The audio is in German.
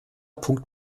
punkt